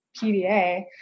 PDA